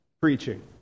preaching